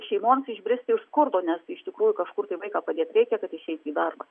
šeimoms išbristi iš skurdo nes iš tikrųjų kažkur tai vaiką padėt reikia kad išeit į darbą